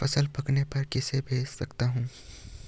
फसल पकने पर किसे बेच सकता हूँ?